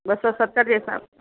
ॿ सौ सतरि जे हिसाब